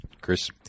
Chris